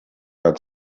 had